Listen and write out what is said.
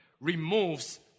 removes